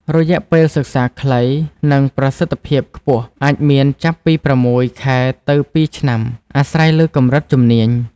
រយៈពេលសិក្សាខ្លី និងប្រសិទ្ធភាពខ្ពស់អាចមានចាប់ពី ៦ ខែទៅ ២ ឆ្នាំ អាស្រ័យលើកម្រិតជំនាញ។